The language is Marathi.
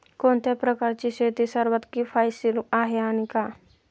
कोणत्या प्रकारची शेती सर्वात किफायतशीर आहे आणि का?